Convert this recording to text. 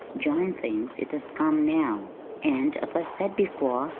john thinks it has come now and, as i said before,